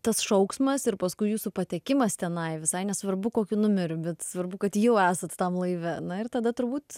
tas šauksmas ir paskui jūsų patekimas tenai visai nesvarbu kokiu numeriu bet svarbu kad jau esat tam laive na ir tada turbūt